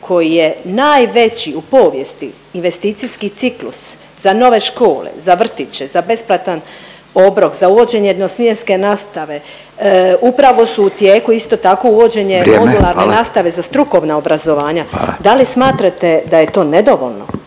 koji je najveći u povijesti investicijski ciklus za nove škole, za vrtiće, za besplatan obrok, za uvođenje jednosmjenske nastave, upravo su u tijeku isto tako uvođenje … …/Upadica Furio Radin: Vrijeme, hvala./… … modularne